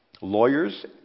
lawyers